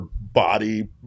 body